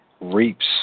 reaps